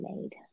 made